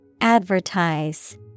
Advertise